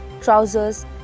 trousers